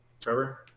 Trevor